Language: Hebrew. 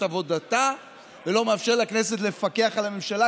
עבודתה ולא מאפשר לכנסת לפקח על הממשלה,